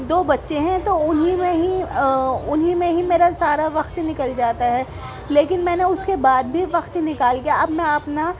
دو بچے ہیں تو انہیں میں ہی انہیں میں ہی میرا سارا وقت نکل جاتا ہے لیکن میں نے اس کے بعد بھی وقت نکال کے اپنا اپنا